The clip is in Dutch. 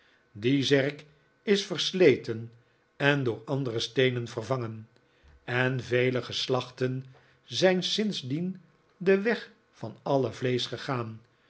die zerk is versleten en door andere steenen vervangen en vele geslachten zijn sindsdien den weg van alle vleesch gegaan